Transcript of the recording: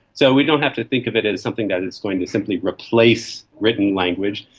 so we don't have to think of it as something that is going to simply replace written language,